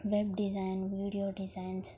web design video designs